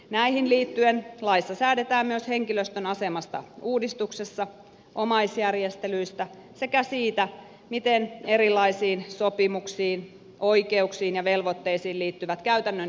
näihin liittyen laissa säädetään myös henkilöstön asemasta uudistuksessa omaisjärjestelyistä sekä siitä miten erilaisiin sopimuksiin oikeuksiin ja velvoitteisiin liittyvät käytännön järjestelyt toteutetaan